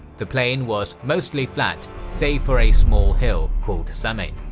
the plain was mostly flat, save for a small hill called samein.